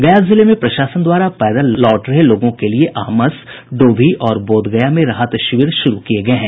गया जिले में प्रशासन द्वारा पैदल लौट रहे लोगों के लिए आमस डोभी और बोधगया में राहत शिविर शुरू किये गये हैं